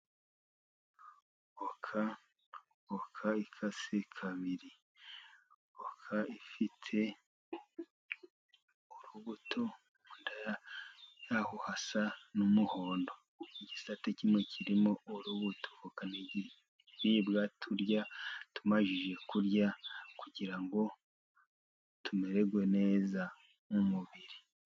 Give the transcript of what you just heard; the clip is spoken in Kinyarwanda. Voka ikase kabiri. Voka ifite urubuto, mu nda ya ho hasa n'umuhondo. Igisate kimwe kirimo uruhu, voka ni ikiribwa turya tumaze kurya, kugira ngo tumererwe neza mu mubiri.